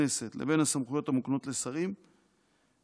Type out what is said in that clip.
כנסת לבין הסמכויות המוקנות לשרים מחייב,